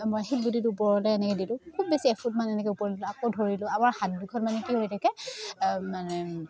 মই শিলগুটিতো ওপৰলৈ এনেকৈ দিলোঁ খুব বেছি এফট মানে এনেকৈ ওপৰলৈ দিলোঁ আকৌ ধৰিলোঁ আমাৰ হাত দুখত মানে কি হৈ থাকে মানে